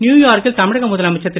நியூயார்க்கில் தமிழக முதலமைச்சர் திரு